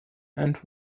and